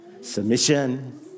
submission